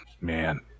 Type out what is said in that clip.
Man